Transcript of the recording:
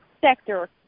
sector